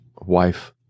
wife